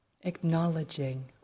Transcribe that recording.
acknowledging